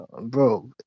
Bro